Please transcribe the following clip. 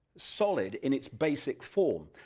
solid in its basic form.